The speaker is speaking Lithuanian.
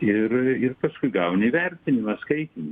ir ir paskui gauni įvertinimą skaitinį